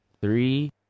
three